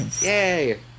Yay